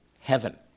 heaven